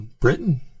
Britain